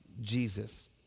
Jesus